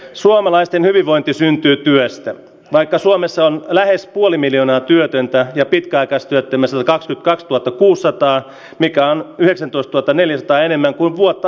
suomalaisten hyvinvointi syntyy työstä vaikka suomessa on lähes puoli miljoonaa työtöntä ja pitkäaikaistyöttömissä tahti ja tuotto kuusisataa mikä on yleisen tuo tota neljäsataa enemmän kuin vuotta